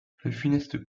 funeste